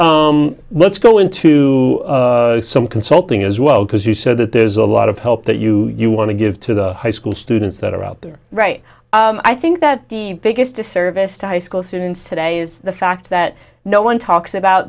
so let's go into some consulting as well because you said that there's a lot of hope that you you want to give to the high school students that are out there right i think that the biggest disservice to high school students today is the fact that no one talks about